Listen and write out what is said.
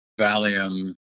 Valium